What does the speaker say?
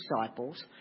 disciples